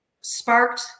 sparked